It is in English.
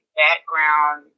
background